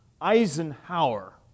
Eisenhower